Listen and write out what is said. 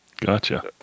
Gotcha